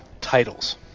titles